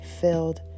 filled